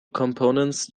components